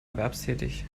erwerbstätig